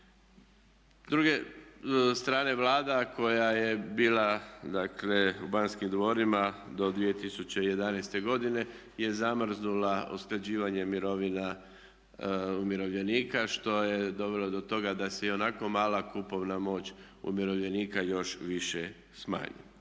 druge strane Vlada koja je bila u Banskim dvorima do 2011. godine je zamrznula usklađivanje mirovina umirovljenika što je dovelo do toga da se i onako mala kupovna moć umirovljenika još više smanji.